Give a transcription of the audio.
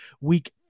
Week